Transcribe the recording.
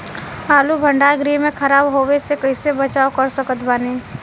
आलू भंडार गृह में खराब होवे से कइसे बचाव कर सकत बानी?